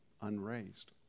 unraised